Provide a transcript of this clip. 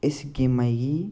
इस गेमा गी